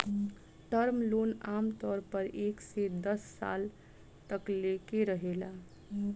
term loan आमतौर पर एक से दस साल तक लेके रहेला